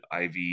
IV